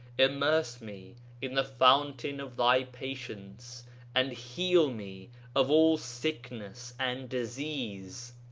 immerse me in the fountain of thy patience and heal me of all sickness and disease.